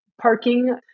parking